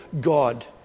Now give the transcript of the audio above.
God